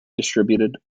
distributed